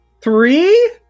Three